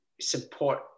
support